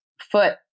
foot